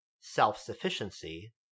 self-sufficiency